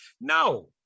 No